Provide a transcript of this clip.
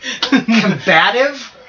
combative